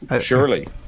Surely